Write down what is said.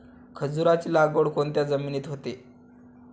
खजूराची लागवड कोणत्या जमिनीत होते?